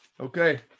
Okay